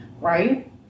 Right